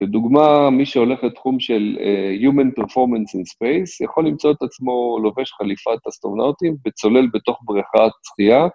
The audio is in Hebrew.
כדוגמה, מי שהולך לתחום של Human Performance in Space, יכול למצוא את עצמו לובש חליפת אסטרונאוטים וצולל בתוך בריכה שחייה.